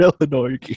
Illinois